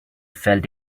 felt